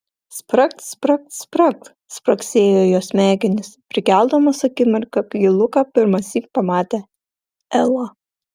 spragt spragt spragt spragsėjo jos smegenys prikeldamos akimirką kai luka pirmąsyk pamatė elą